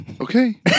Okay